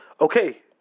okay